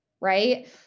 right